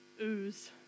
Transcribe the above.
ooze